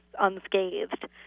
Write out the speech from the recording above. unscathed